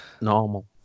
normal